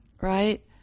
right